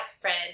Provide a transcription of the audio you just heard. friend